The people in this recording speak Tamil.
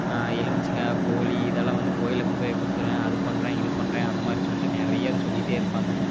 எலும்புச்சம்காய் கோழி இதெலாம் வந்து கோவிலில் கொண்டுபோய் குத்துறன் அது பண்ணுறன் இது பண்ணுறன் அந்த மாரி சொல்லிட்டு நிறையா அது சொல்லிகிட்டே இருப்பாங்க